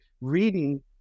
reading